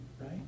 right